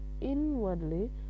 Inwardly